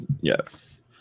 Yes